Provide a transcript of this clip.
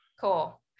Cool